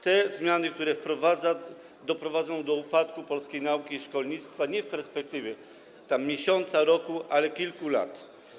Te zmiany, które wprowadza, doprowadzą do upadku polskiej nauki i szkolnictwa w perspektywie nie miesiąca, roku, ale kilku lat.